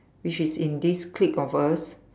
which is in this clique of us